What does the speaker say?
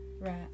right